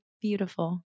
beautiful